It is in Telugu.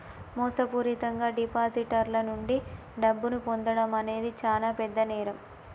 మోసపూరితంగా డిపాజిటర్ల నుండి డబ్బును పొందడం అనేది చానా పెద్ద నేరం